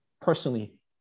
personally